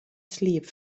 sliep